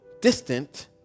distant